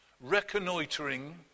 reconnoitering